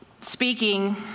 speaking